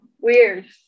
weird